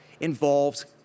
involves